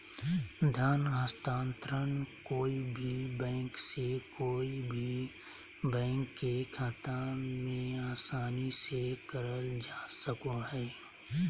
धन हस्तान्त्रंण कोय भी बैंक से कोय भी बैंक के खाता मे आसानी से करल जा सको हय